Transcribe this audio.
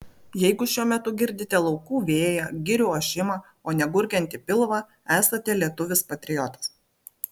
jeigu šiuo metu girdite laukų vėją girių ošimą o ne gurgiantį pilvą esate lietuvis patriotas